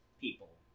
people